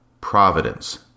providence